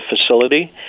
facility